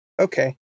okay